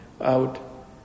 out